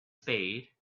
spade